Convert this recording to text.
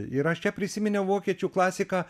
ir aš čia prisiminiau vokiečių klasiką